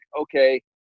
okay